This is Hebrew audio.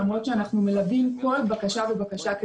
למרות שאנחנו מלווים כל בקשה ובקשה,